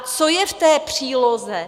Co je v té příloze?